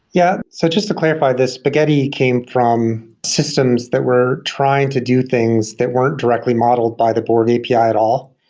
yeah. so just to clarify, the spaghetti came from systems that were trying to do things that weren't directly modeled by the board and api ah at all.